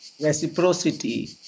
reciprocity